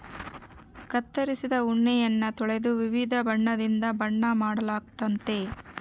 ಕತ್ತರಿಸಿದ ಉಣ್ಣೆಯನ್ನ ತೊಳೆದು ವಿವಿಧ ಬಣ್ಣದಿಂದ ಬಣ್ಣ ಮಾಡಲಾಗ್ತತೆ